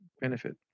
benefit